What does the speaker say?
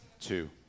two